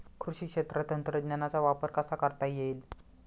कृषी क्षेत्रात तंत्रज्ञानाचा वापर कसा करता येईल?